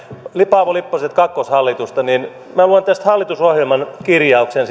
paavo lipposen kakkoshallitusta niin minä luen tässä vuodelta tuhatyhdeksänsataayhdeksänkymmentäyhdeksän hallitusohjelman kirjauksen